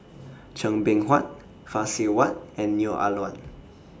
Chua Beng Huat Phay Seng Whatt and Neo Ah Luan